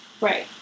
Right